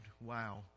wow